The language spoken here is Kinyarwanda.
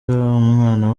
umwana